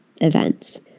events